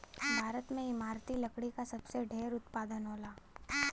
भारत में इमारती लकड़ी क सबसे ढेर उत्पादन होला